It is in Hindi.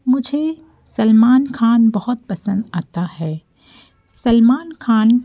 मुझे सलमान ख़ान बहुत पसंद आता है सलमान ख़ान